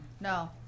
no